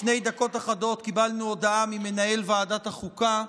לפני דקות אחדות קיבלנו הודעה ממנהל ועדת החוקה,